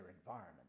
environment